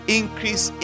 increase